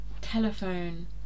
Telephone